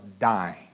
dying